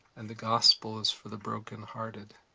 and the gospel is for the brokenhearted.